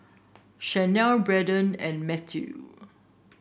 Shanelle Bradyn and Matthew